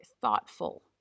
thoughtful